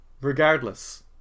Regardless